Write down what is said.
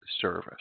service